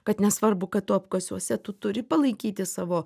kad nesvarbu kad tu apkasuose tu turi palaikyti savo